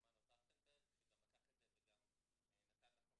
מנו טרכטנברג שגם לקח את זה ונתן לחוק